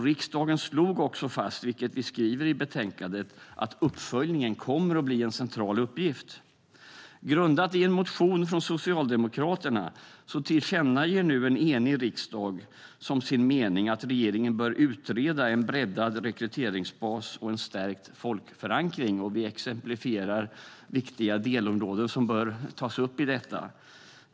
Riksdagen slog fast, vilket vi skriver i betänkandet, att uppföljningen kommer att bli en central uppgift. Grundat i en motion från Socialdemokraterna tillkännager nu en enig riksdag som sin mening att regeringen bör utreda en breddad rekryteringsbas och en stärkt folkförankring. Vi exemplifierar med viktiga delområden som bör tas upp.